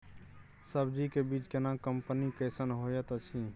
सब्जी के बीज केना कंपनी कैसन होयत अछि?